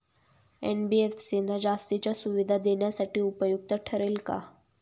NBFC ना जास्तीच्या सुविधा देण्यासाठी उपयुक्त ठरेल का?